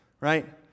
right